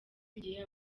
igihe